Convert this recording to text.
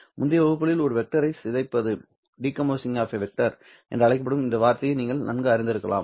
முந்தைய வகுப்புகளில் ஒரு வெக்டரை சிதைப்பது என்று அழைக்கப்படும் இந்த வார்த்தையை நீங்கள் நன்கு அறிந்திருக்கலாம்